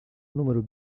número